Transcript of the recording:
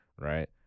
right